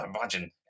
imagine